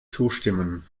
zustimmen